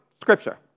Scripture